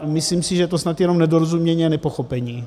Myslím si, že je to snad jen nedorozumění a nepochopení.